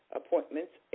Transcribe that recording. appointments